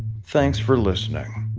thanks for listening.